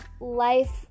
life